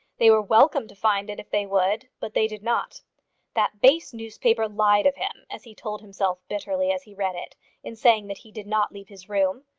they were welcome to find it if they would, but they did not that base newspaper lied of him as he told himself bitterly as he read it in saying that he did not leave his room.